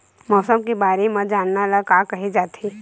मौसम के बारे म जानना ल का कहे जाथे?